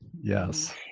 yes